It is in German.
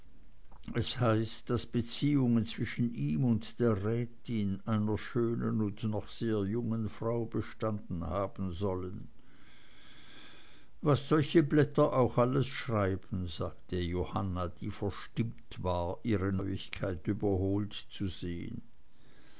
es heißt daß beziehungen zwischen ihm und der rätin einer schönen und noch sehr jungen frau bestanden haben sollen was solche blätter auch alles schreiben sagte johanna die verstimmt war ihre neuigkeit überholt zu sehen